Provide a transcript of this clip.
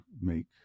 make